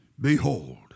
behold